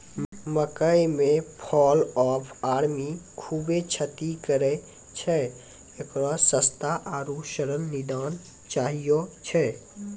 मकई मे fall of army खूबे क्षति करेय छैय, इकरो सस्ता आरु सरल निदान चाहियो छैय?